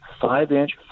five-inch